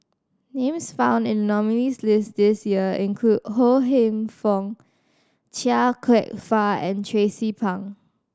names found in the nominees' list this year include Ho Hingfong Chia Kwek Fah and Tracie Pang